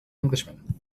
englishman